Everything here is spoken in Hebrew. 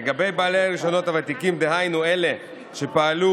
לגבי בעלי הרישיונות הוותיקים, דהיינו אלה שהפעילו